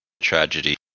tragedy